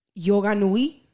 Yoganui